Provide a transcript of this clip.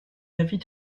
l’avis